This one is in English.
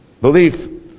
belief